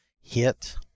hit